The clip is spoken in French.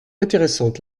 intéressantes